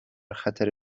خطر